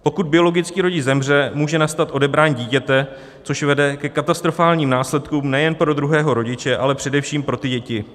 Pokud biologický rodič zemře, může nastat odebrání dítěte, což vede ke katastrofálním následkům nejen pro druhého rodiče, ale především pro ty děti.